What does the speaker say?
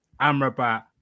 Amrabat